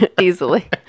easily